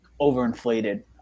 overinflated